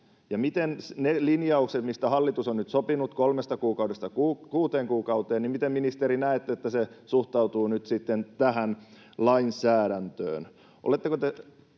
miten ne linjaukset, mistä hallitus on nyt sopinut, kolmesta kuukaudesta kuuteen kuukauteen, suhtautuvat nyt sitten tähän lainsäädäntöön? Oletteko te